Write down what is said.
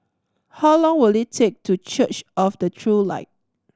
how long will it take to Church of the True Light